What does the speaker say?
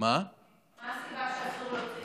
מה הסיבה שאסור להוציא חיסונים?